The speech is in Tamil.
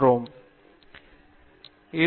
பேராசிரியர் பிரதாப் ஹரிதாஸ் சரி நல்லது